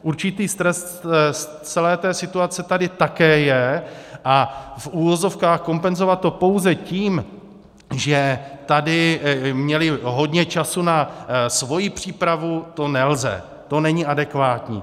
Určitý stres z celé té situace tady také je a v uvozovkách kompenzovat to pouze tím, že tady měli hodně času na svoji přípravu, to nelze, to není adekvátní.